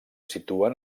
situen